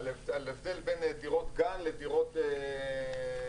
על הבדל בין דירות גן לדירות פנטהאוז